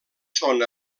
són